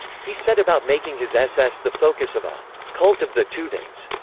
he set about making his ss the focus of a cult of the teutons.